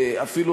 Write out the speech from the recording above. אפילו,